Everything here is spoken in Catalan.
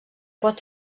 pot